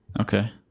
Okay